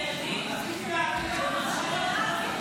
על ילדים קטנים את עושה פוליטיקה.